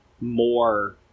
more